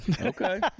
Okay